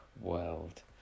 world